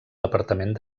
departament